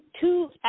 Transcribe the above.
two